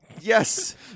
Yes